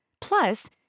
Plus